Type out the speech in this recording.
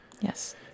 yes